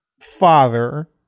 father